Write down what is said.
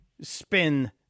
spin